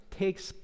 takes